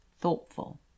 thoughtful